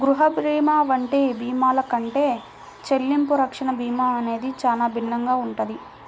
గృహ భీమా వంటి భీమాల కంటే చెల్లింపు రక్షణ భీమా అనేది చానా భిన్నంగా ఉంటది